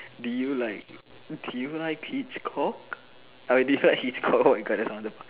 do you like do you like hitch cock I mean do you like hitch cock oh my god that sounded